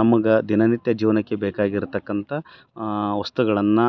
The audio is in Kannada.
ನಮಗೆ ದಿನನಿತ್ಯ ಜೀವನಕ್ಕೆ ಬೇಕಾಗಿರತಕ್ಕಂಥ ವಸ್ತುಗಳನ್ನು